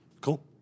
Cool